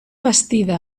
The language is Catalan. bastida